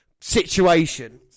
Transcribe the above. situation